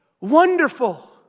Wonderful